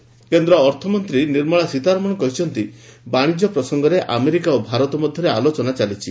ସୀତାରମଣ ସ୍କୋଡାଉନ୍ କେନ୍ଦ୍ର ଅର୍ଥମନ୍ତ୍ରୀ ନିର୍ମଳା ସୀତାରମଣ କହିଛନ୍ତି ବାଣିଜ୍ୟ ପ୍ରସଙ୍ଗରେ ଆମେରିକା ଓ ଭାରତ ମଧ୍ୟରେ ଆଲୋଚନା ଚାଲିଛି